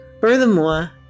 Furthermore